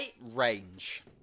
range